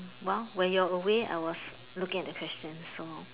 while when you were away I was looking at the question so